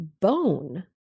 bone